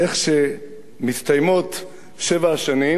איך שמסתיימות שבע השנים,